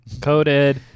Coated